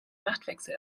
machtwechsel